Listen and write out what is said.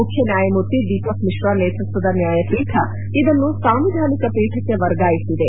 ಮುಖ್ಯ ನ್ವಾಯಮೂರ್ತಿ ದೀಪಕ್ ಮಿಶ್ರಾ ನೇತೃತ್ವದ ನ್ವಾಯಪೀಠ ಇದನ್ನು ಸಾಂವಿಧಾನಿಕ ಪೀಠಕ್ಕೆ ವರ್ಗಾಯಿಸಿದೆ